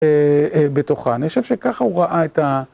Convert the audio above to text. בתוכה. אני חושב שככה הוא ראה את ה...